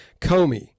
Comey